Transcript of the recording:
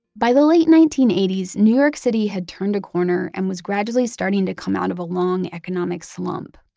by the late nineteen eighty s, new york city had turned a corner and was gradually starting to come out of a long economic slump.